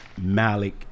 Malik